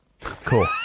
cool